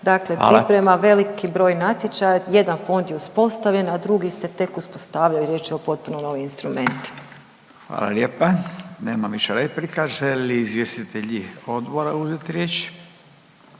Hvala./… … veliki broj natječaja. Jedan fond je uspostavljen, a drugi se tek uspostavlja i riječ je o potpuno novim instrumentima. **Radin, Furio (Nezavisni)** Hvala lijepa. Nema više replika. Žele li izvjestitelji odbora uzeti riječ?